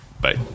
bye